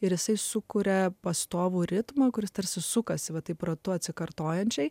ir jisai sukuria pastovų ritmą kuris tarsi sukasi va taip ratu atsikartojančiais